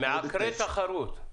מעקרי תחרות.